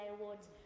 awards